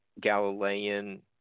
Galilean